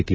T